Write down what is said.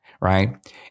right